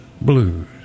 Blues